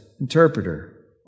interpreter